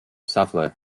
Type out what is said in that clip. safle